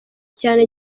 cyane